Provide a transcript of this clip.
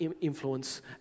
influence